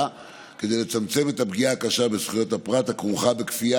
כדי לצמצם את הפגיעה הקשה בזכויות הפרט הכרוכה בכפייה